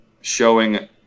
showing